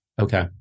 Okay